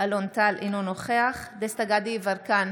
אלון טל, אינו נוכח דסטה גדי יברקן,